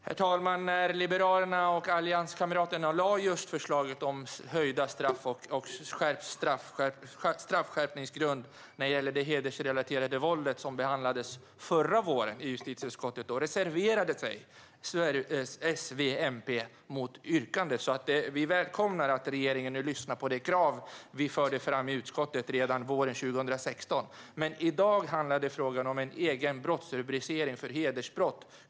Herr talman! När Liberalerna och allianskamraterna lade fram det förslag om höjda straff och förstärkt straffskärpningsgrund när det gäller det hedersrelaterade våldet som behandlades i justitieutskottet förra våren reserverade sig S, MP och V mot yrkandet. Vi välkomnar att regeringen nu lyssnar på de krav vi förde fram i utskottet redan våren 2016. Men i dag handlar frågan om en egen brottsrubricering för hedersbrott.